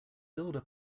builder